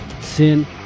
Sin